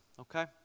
okay